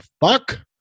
fuck